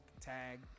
tag